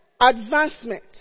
advancement